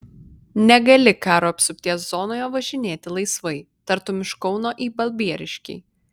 negali karo apsupties zonoje važinėti laisvai tartum iš kauno į balbieriškį